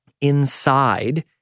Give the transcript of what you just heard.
inside